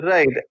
Right